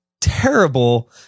terrible